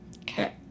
Okay